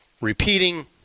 repeating